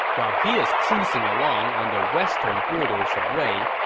while he is cruising along on the western borders of wei,